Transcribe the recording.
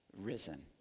risen